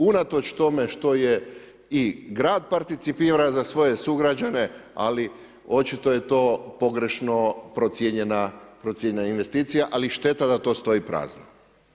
Unatoč tome što je i grad participira za svoje sugrađane, ali očito je to pogrešno procijenjena investicija, ali šteta da to stoji prazno.